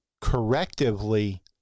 correctively